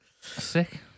Sick